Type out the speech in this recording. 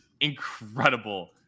incredible